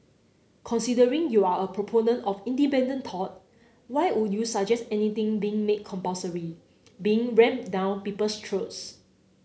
considering you're a proponent of independent thought why would you suggest anything being made compulsory being rammed down people's throats